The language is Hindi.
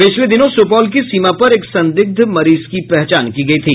पिछले दिनों सुपौल की सीमा पर एक संदिग्ध मरीज की पहचान की गयी थी